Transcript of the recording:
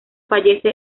fallece